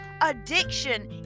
addiction